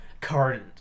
current